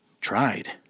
tried